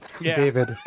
David